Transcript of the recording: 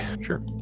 Sure